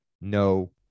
no